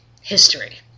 history